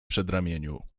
przedramieniu